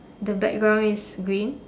the background is green